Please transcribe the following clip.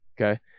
Okay